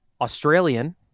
Australian